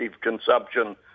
consumption